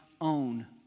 own